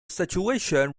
situation